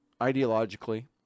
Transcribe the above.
ideologically